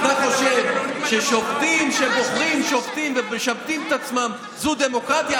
אם אתה חושב ששופטים שבוחרים שופטים ומשבטים את עצמם זו דמוקרטיה,